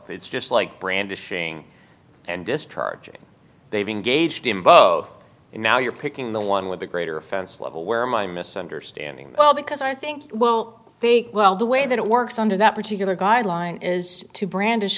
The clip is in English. in it's just like brandishing and discharging they've engaged in both and now you're picking the one with the greater offense level where my misunderstanding well because i think well big well the way that it works under that particular guideline is to brandish